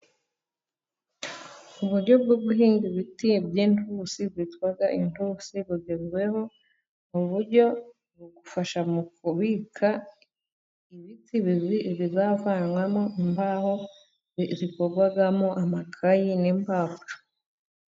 Uburyo bwo guhinga ibiti by'intusi bwitwa intosi, bugezweho mu buryo bugufasha mu kubika ibiti bibiri bizavanwamo imbaho bikorwamo amakayi n'imbaho.